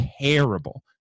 terrible